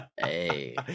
Hey